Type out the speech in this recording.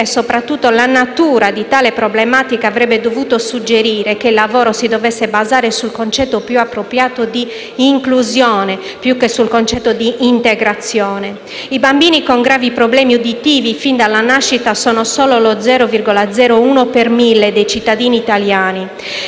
e soprattutto la natura di tale problematica avrebbero dovuto suggerire che il lavoro si dovesse basare sul concetto più appropriato di inclusione più che sul concetto di integrazione. I bambini con gravi problemi uditivi fin dalla nascita sono solo lo 0,01 per mille dei cittadini italiani